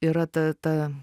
yra ta ta